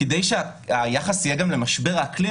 כדי שהיחס יהיה גם למשבר האקלים,